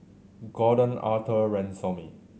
Gordon Arthur Ransome